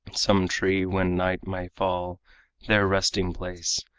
some tree when night may fall their resting-place,